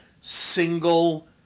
single